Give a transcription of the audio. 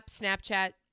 Snapchat